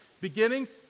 Beginnings